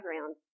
ground